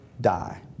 die